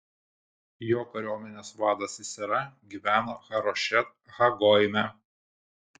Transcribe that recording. jo kariuomenės vadas sisera gyveno harošet ha goime